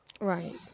Right